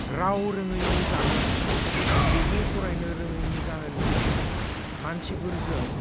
राव रोङैनि जाहोन लिरनो फरायनो रोङैनि जाहोन मानसिफोरजों